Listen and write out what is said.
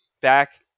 back